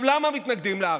עכשיו, למה מתנגדים לה?